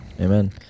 Amen